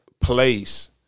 place